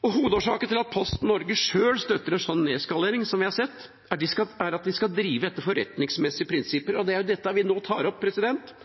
Hovedårsaken til at Posten Norge sjøl støtter en sånn nedskalering som vi har sett, er at de skal drive etter forretningsmessige prinsipper. Det er dette vi nå tar opp,